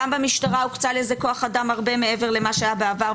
גם במשטרה הוקצה לזה כוח אדם הרבה מעבר למה שהיה בעבר,